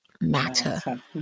matter